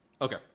Okay